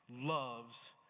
loves